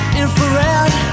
infrared